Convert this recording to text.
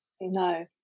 No